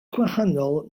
gwahanol